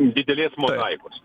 didelės mozaikos